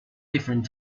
different